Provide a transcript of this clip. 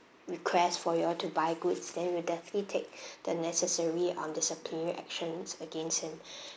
requests for you all to buy goods then we definitely take the necessary um disciplinary actions against him